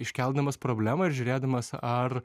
iškeldamas problemą ir žiūrėdamas ar